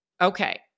okay